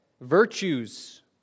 virtues